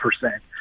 percent